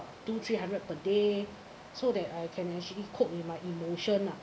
two three hundred per day so that I can actually cope with my emotion lah